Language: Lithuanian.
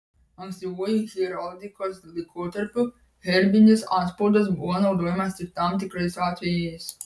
ankstyvuoju heraldikos laikotarpiu herbinis antspaudas buvo naudojimas tik tam tikrais atvejais